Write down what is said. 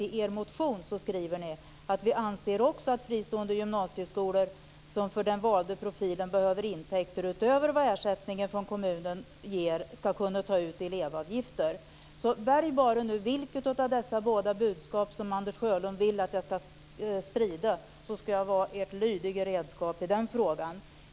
I er motion skriver ni: Vi anser också att fristående gymnasieskolor som för den valda profilen behöver intäkter utöver vad ersättningen för kommunen ger ska kunna ta ut elevavgifter. Välj bara vilket av dessa båda budskap som jag ska sprida, Anders Sjölund, så ska jag vara ert lydiga redskap i den frågan.